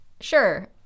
Sure